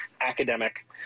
academic